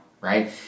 right